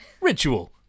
Ritual